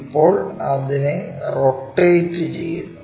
ഇപ്പോൾ ഇതിനെ റൊട്ടേറ്റ് ചെയ്യുന്നു